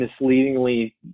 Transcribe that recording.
misleadingly